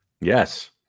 Yes